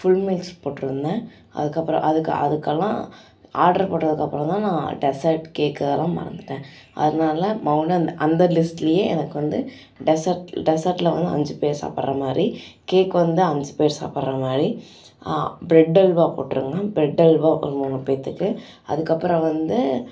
full meals போட்டுருந்தேன் அதுக்கப்புறம் அதுக்கு அதுக்கெல்லாம் ஆர்டர் போட்டதுக்கப்புறம் தான் நான் டெசர்ட் கேக்கு அதலாம் மறந்துவிட்டேன் அதனால மறுபடி அந்த லிஸ்ட்லேயே எனக்கு வந்து டெசர்ட் டெசர்ட்டில் வந்து அஞ்சு பேர் சாப்பிட்ற மாதிரி கேக் வந்து அஞ்சு பேர் சாப்பிட்ற மாதிரி ப்ரெட் அல்வா போட்டுருங்க ப்ரெட் அல்வா ஒரு மூணு பேத்துக்கு அதுக்கப்புறம் வந்து